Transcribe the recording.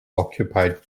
occupied